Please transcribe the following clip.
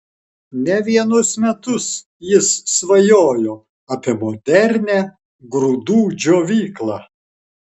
ne vienus metus jis svajojo apie modernią grūdų džiovyklą